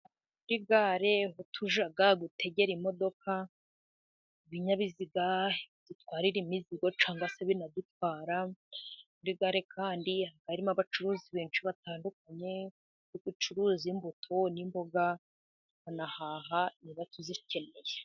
Muri gare aho tujya gutegera imodoka, ibinyabiziga bidutwarira imizigo cyangwa se binadutwara muri gare, kandi harimo abacuruzi benshi batandukanye bacuruza imbuto n'imboga, banahaha imbuto zikenewe.